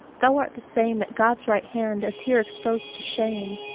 thou art the same at god's right hand as here exposed to shame,